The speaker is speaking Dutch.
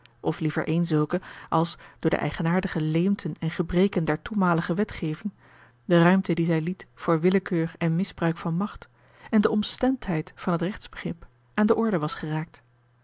of liever eene zulke als door de eigenaardige leemten en gebreken der toenmalige wetgeving de ruimte die zij liet voor willekeur en misbruik van macht en de onbestemdheid van het rechtsbegrip aan de orde was geraakt